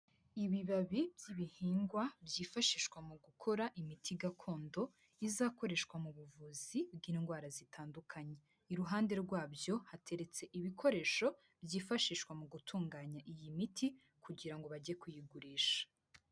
Ibibabi by'ibihingwa byifashishwa mu gukora imiti gakondo izakoreshwa mu buvuzi bw'indwara zitandukanye, iruhande rwabyo hateretse ibikoresho byifashishwa mu gutunganya iyi miti kugira ngo bajye kuyigurisha.